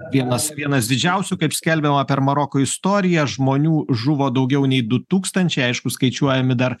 vienas vienas didžiausių kaip skelbiama per maroko istoriją žmonių žuvo daugiau nei du tūkstančiai aišku skaičiuojami dar